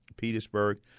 Petersburg